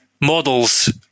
models